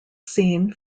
scene